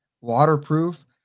Waterproof